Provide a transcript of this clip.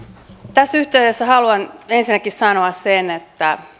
tässä yhteydessä haluan ensinnäkin sanoa sen